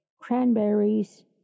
cranberries